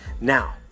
Now